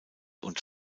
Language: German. und